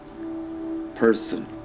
person